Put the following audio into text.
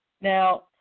Now